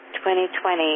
2020